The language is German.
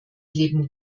leben